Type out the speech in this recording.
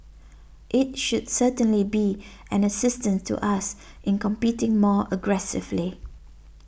it should certainly be an assistance to us in competing more aggressively